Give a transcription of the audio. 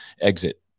exit